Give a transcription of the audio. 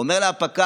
עונה לה הפקח: